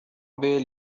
بيل